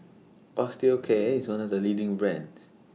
Osteocare IS one of The leading brands